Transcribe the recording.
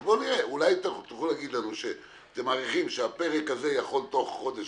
אז אולי תוכלו להגיד לנו שאתם מעריכים שהפרק הזה יכול תוך חודש,